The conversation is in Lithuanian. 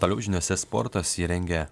toliau žiniose sportas jį rengia